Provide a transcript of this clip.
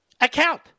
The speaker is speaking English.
account